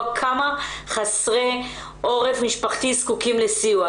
כמה חסרי עורף משפחתי זקוקים לסיוע,